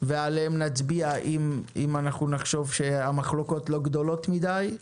ועליהם נצביע אם נחשוב שהמחלוקות לא גדולות מדי,